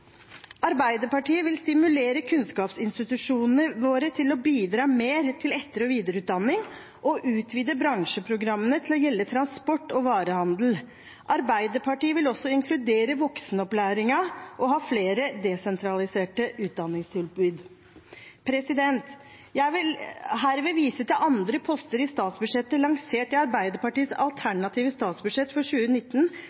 Arbeiderpartiet vil stimulere kunnskapsinstitusjonene våre til å bidra mer til etter- og videreutdanning og utvide bransjeprogrammene til å gjelde transport og varehandel. Arbeiderpartiet vil også inkludere voksenopplæringen og ha flere desentraliserte utdanningstilbud. Jeg vil herved vise til andre poster lansert i Arbeiderpartiets